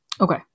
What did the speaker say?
Okay